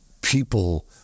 people